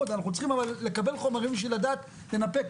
אנחנו צריכים אבל לקבל חומרים בשביל לדעת לנפק,